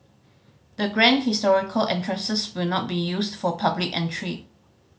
the grand historical entrances will not be used for public entry